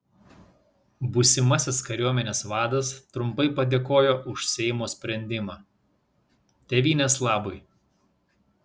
būsimasis kariuomenės vadas trumpai padėkojo už seimo sprendimą tėvynės labui